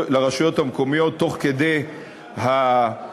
לרשויות המקומיות תוך כדי הסופה,